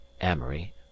amory